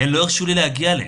הם לא הרשו לי להגיע אליהן,